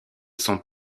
sont